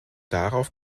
darauf